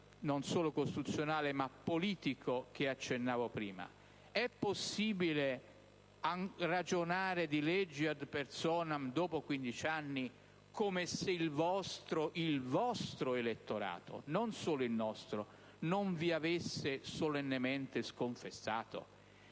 non solo costituzionale, ma politico, cui accennavo prima. É possibile ragionare di leggi *ad personam* dopo 15 anni, come se il vostro elettorato, e non solo il nostro, non vi avesse solennemente sconfessato?